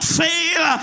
fail